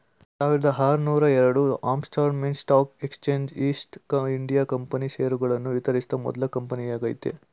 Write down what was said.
ಸಾವಿರದಆರುನೂರುಎರಡು Amsterdam stock exchange East India company ಷೇರುಗಳನ್ನು ವಿತರಿಸಿದ ಮೊದ್ಲ ಕಂಪನಿಯಾಗೈತೆ